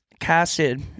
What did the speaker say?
Casted